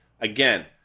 again